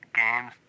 games